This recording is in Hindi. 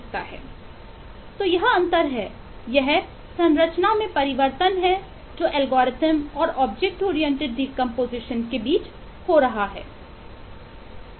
तो यह अंतर है यह संरचना में परिवर्तन है जो एल्गोरिथम के बीच हो रहा है